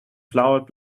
flowered